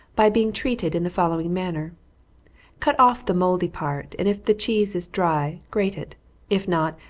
by being treated in the following manner cut off the mouldy part, and if the cheese is dry, grate it if not,